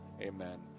amen